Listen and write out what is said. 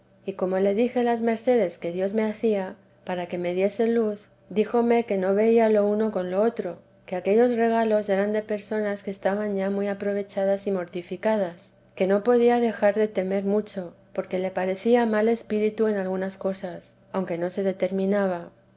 y como le dije las mercedes que dios me hacía para que me diese luz díjome que no venía lo uno con lo otro que aquellos regalos eran de personas que estaban ya muy aprovechadas y mortificadas que no podía dejar de temer mucho porque le parecía mal espíritu en algunas cosas aunque no se determinaba